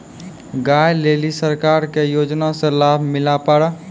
गाय ले ली सरकार के योजना से लाभ मिला पर?